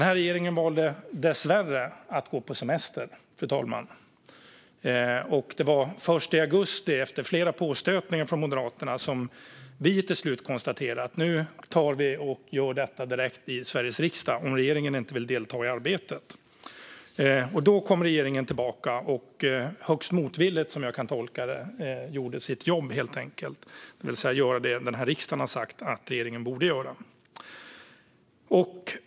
Denna regering valde dessvärre att gå på semester. Det var först i augusti, efter flera påstötningar från Moderaterna, som vi till slut konstaterade att vi, om regeringen inte vill delta i arbetet, skulle göra detta direkt i Sveriges riksdag. Då kom regeringen tillbaka och gjorde sitt jobb, det vill säga att göra det som denna riksdag har sagt att regeringen borde göra. Detta gjorde regeringen högst motvilligt, som jag kan tolka det.